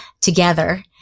together